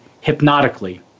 hypnotically